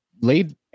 laid